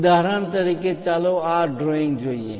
ઉદાહરણ તરીકે ચાલો આ ડ્રોઇંગ જોઈએ